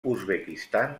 uzbekistan